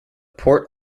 port